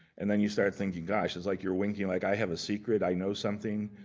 and then you start thinking, gosh it's like you're winking, like i have a secret, i know something.